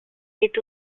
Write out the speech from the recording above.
est